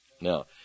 Now